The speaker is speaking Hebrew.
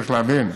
צריך להבין.